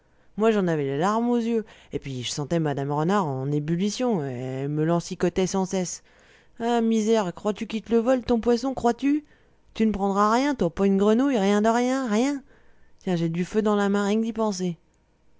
moi j'en avais les larmes aux yeux et puis je sentais mme renard en ébullition elle me lancicotait sans cesse ah misère crois-tu qu'il te le vole ton poisson crois-tu tu ne prendras rien toi pas une grenouille rien de rien rien tiens j'ai du feu dans la main rien que d'y penser